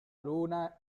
luna